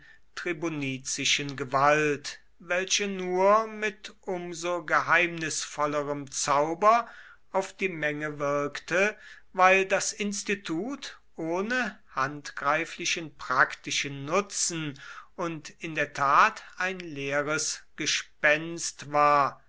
tribunizischen gewalt welche nur mit um so geheimnisvollerem zauber auf die menge wirkte weil das institut ohne handgreiflichen praktischen nutzen und in der tat ein leeres gespenst war